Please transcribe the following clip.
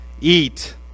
eat